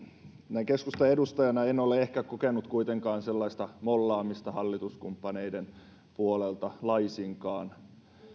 näin keskustan edustajana en ole ehkä kokenut kuitenkaan sellaista mollaamista hallituskumppaneiden puolelta laisinkaan